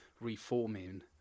reforming